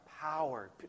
Power